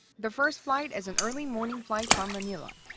the first flight is an early morning flight from manila.